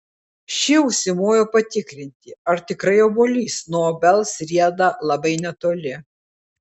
šie užsimojo patikrinti ar tikrai obuolys nuo obels rieda labai netoli